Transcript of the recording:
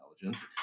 intelligence